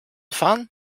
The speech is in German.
fahren